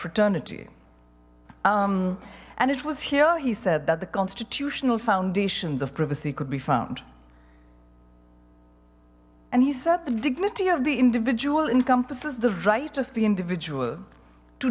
fraternity um and it was here he said that the constitutional foundations of privacy could be found and he said the dignity of the individual encompasses the right of the individual to